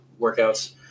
workouts